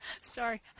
sorry